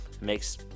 makes